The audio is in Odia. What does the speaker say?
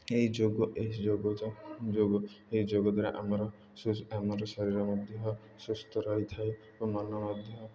ଏହି ଯୋଗ ଏହି ଯୋଗ ଯୋଗ ଏହି ଯୋଗ ଦ୍ୱାରା ଆମର ଆମର ଶରୀର ମଧ୍ୟ ସୁସ୍ଥ ରହିଥାଏ ଓ ମନ ମଧ୍ୟ